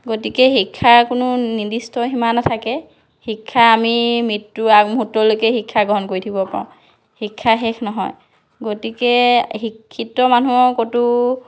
গতিকে শিক্ষাৰ কোনো নিৰ্দিষ্ট সীমা নাথাকে শিক্ষা আমি মৃত্যুৰ আগমুহূৰ্তলৈকে শিক্ষা গ্ৰহণ কৰি থাকিব পাৰোঁ শিক্ষা শেষ নহয় গতিকে শিক্ষিত মানুহৰ কতো